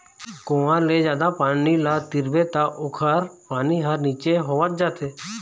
कुँआ ले जादा पानी ल तिरबे त ओखर पानी ह नीचे होवत जाथे